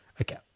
Okay